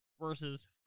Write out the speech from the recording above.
Versus